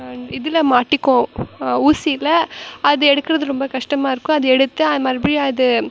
இதில் மாட்டிக்கும் ஊசியில் அது எடுக்கிறது ரொம்ப கஷ்டமாருக்கும் அதை எடுத்து அ மறுபடியும் அது